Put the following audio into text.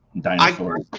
dinosaur